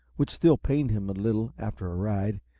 which still pained him a little after a ride,